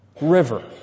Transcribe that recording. river